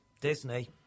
Disney